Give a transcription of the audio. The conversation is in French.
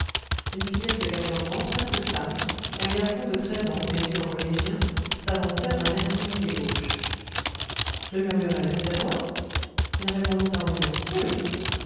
une fillette de quatorze ans presque femme et un garçon de treize ans vêtu en collégien s'avancèrent d'un air timide et gauche je murmurai c'est à toi il répondit en riant mais oui